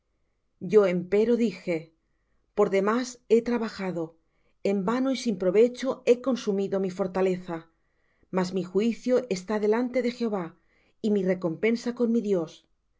yo empero dije por demás he trabajado en vano y sin provecho he consumido mi fortaleza mas mi juicio está delante de jehová y mi recompensa con mi dios